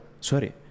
Sorry